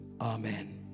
Amen